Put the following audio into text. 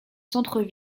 centres